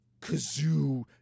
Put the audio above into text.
kazoo